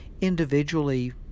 individually